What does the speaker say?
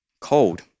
cold